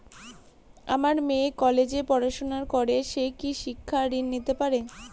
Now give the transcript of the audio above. আমার মেয়ে কলেজে পড়াশোনা করে সে কি শিক্ষা ঋণ পেতে পারে?